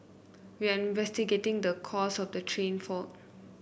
we are investigating the cause of the train fault